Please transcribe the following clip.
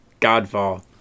Godfall